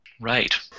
Right